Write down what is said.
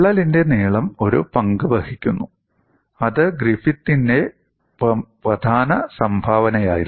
വിള്ളലിന്റെ നീളം ഒരു പങ്കു വഹിക്കുന്നു അത് ഗ്രിഫിത്തിന്റെ പ്രധാന സംഭാവനയായിരുന്നു